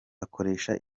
bakoresha